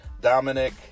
Dominic